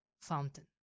fountain